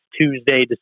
Tuesday